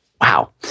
Wow